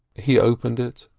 he opened it,